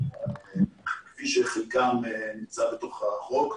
כפי שחלקם נמצא בתוך החוק.